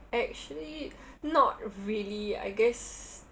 actually not really I guess